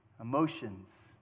Emotions